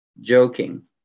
joking